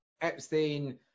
Epstein